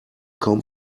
kaum